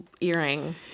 earring